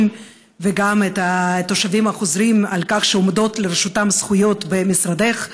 וגם את התושבים החוזרים על כך שעומדות לרשותם זכויות במשרדך.